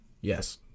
Yes